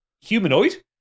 humanoid